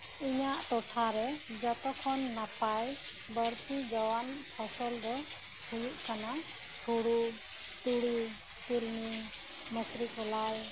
ᱤᱧᱟᱜ ᱴᱚᱴᱷᱟᱨᱮ ᱡᱷᱚᱛᱚᱠᱷᱚᱱ ᱱᱟᱯᱟᱭ ᱵᱟᱹᱲᱛᱤ ᱡᱚᱣᱟᱱ ᱯᱷᱚᱥᱚᱞᱫᱚ ᱦᱳᱭᱳᱜ ᱠᱟᱱᱟ ᱦᱳᱲᱳ ᱛᱩᱲᱤ ᱛᱤᱞᱢᱤᱧ ᱢᱟᱹᱥᱨᱤ ᱠᱚᱞᱟᱭ